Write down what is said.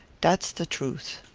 dat's the truth.